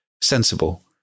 sensible